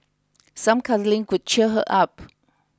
some cuddling could cheer her up